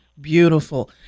Beautiful